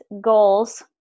goals